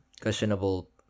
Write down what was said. questionable